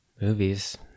Movies